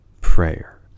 prayer